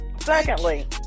Secondly